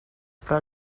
però